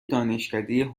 دانشکده